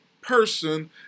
person